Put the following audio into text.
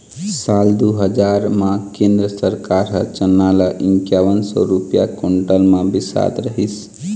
साल दू हजार म केंद्र सरकार ह चना ल इंकावन सौ रूपिया कोंटल म बिसात रहिस